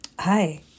Hi